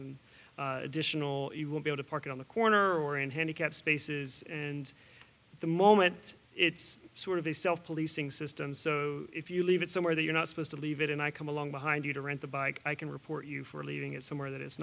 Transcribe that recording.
and additional you will be able to park on the corner or in handicapped spaces and at the moment it's sort of a self policing system so if you leave it somewhere that you're not supposed to leave it and i come along behind you to rent the bike i can report you for leaving it somewhere that it's